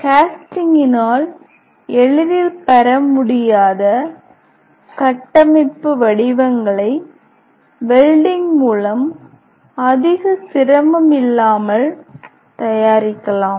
கேஸ்டிங்கினால் எளிதில் பெறமுடியாத கட்டமைப்பு வடிவங்களை வெல்டிங் மூலம் அதிக சிரமம் இல்லாமல் தயாரிக்கலாம்